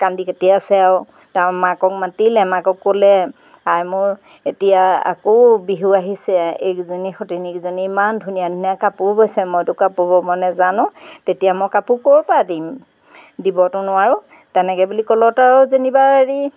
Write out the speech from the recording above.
কান্দি কাতি আছে আৰু তাৰপৰা মাকক মাতিলে মাকক ক'লে আই মোৰ এতিয়া আকৌ বিহু আহিছে এইকেইজনী সতিনীকেইজনী ইমান ধুনীয়া ধুনীয়া কাপোৰ বৈছে মইতো কাপোৰ ব'ব নাজানোঁ তেতিয়া মই কাপোৰ ক'ৰ পৰা দিম দিবতো নোৱাৰোঁ তেনেকৈ বুলি ক'লত আৰু যেনিবা হেৰি